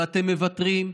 ואתם מוותרים,